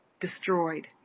destroyed